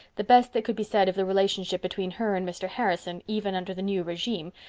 the best that could be said of the relationship between her and mr. harrison even under the new regime,